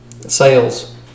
sales